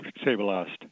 stabilized